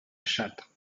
châtre